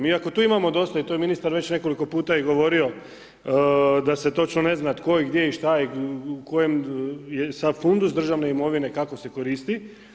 Iako i tu imamo dosta i to je ministar već nekoliko puta i govorio da se točno ne zna tko je gdje i šta je, u kojem je sav fundus državne imovine, kako se koristi.